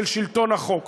של שלטון החוק,